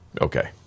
Okay